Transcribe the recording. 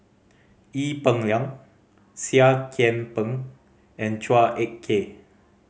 Ee Peng Liang Seah Kian Peng and Chua Ek Kay